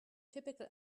typical